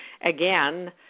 again